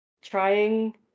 trying